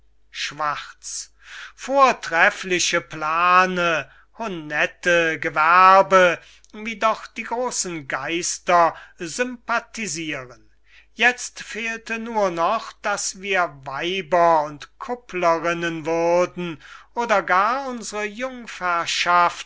schwarz vortreffliche plane honnete gewerbe wie doch die grossen geister sympathisiren izt fehlte nur noch daß wir weiber und kupplerinnen würden oder gar unsere